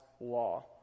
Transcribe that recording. law